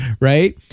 right